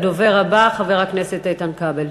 הדובר הבא, חבר הכנסת איתן כבל.